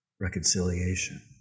reconciliation